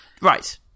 right